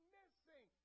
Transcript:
missing